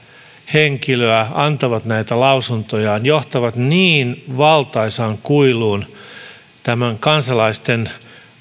henkilöä antavat näitä lausuntojaan johtavat niin valtaisaan kuiluun kansalaisten